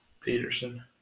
Peterson